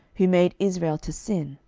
who made israel to sin,